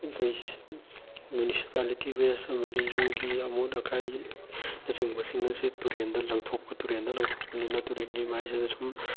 municipality waste ꯑꯃꯗꯤ ꯌꯨꯝꯒꯤ ꯑꯃꯣꯠ ꯑꯀꯥꯏ ꯅꯆꯤꯡꯕꯁꯤꯡ ꯑꯁꯤ ꯇꯨꯔꯦꯟꯗ ꯂꯪꯊꯣꯛꯄ ꯇꯨꯔꯦꯟꯗ ꯂꯪꯊꯣꯛꯄꯅꯤꯅ ꯇꯨꯔꯦꯟꯒꯤ ꯏꯃꯥꯏꯁꯤꯗ ꯁꯨꯝ